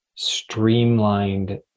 streamlined